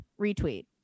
retweet